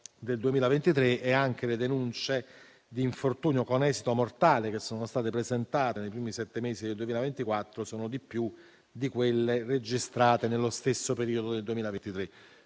del 2023. Anche le denunce di infortunio con esito mortale presentate nei primi sette mesi del 2024 sono più di quelle registrate nello stesso periodo del 2023.